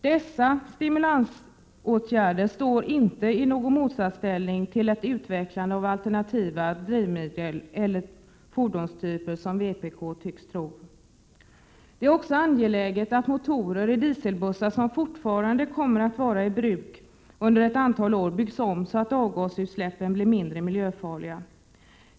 Dessa stimulansåtgärder står inte i någon motsatsställning till ett utvecklande av alternativa drivmedel och fordonstyper, som vpk tycks tro. Det är också angeläget att motorer i dieselbussar som fortfarande kommer att vara i bruk under ett antal år byggs om, så att avgasutsläppen blir mindre miljöfarliga.